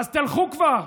אז תלכו כבר.